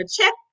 Check